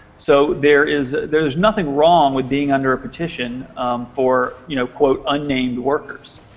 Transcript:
so there is there is nothing wrong with being under a petition for, you know, unnamed workers.